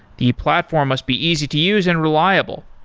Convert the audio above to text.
the platform must be easy to use and reliable.